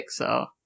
Pixar